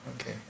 Okay